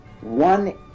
One